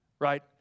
right